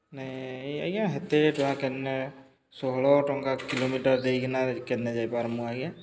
ନାଇଁ ଆଜ୍ଞା ହେତେ ଟଙ୍କା କେନେ ଷୋହଳ ଟଙ୍କା କିଲୋମିଟର୍ ଦେଇକିନା କେନେ ଯାଇପାର୍ମୁ ଆଜ୍ଞା